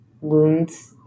wounds